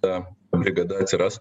ta brigada atsiras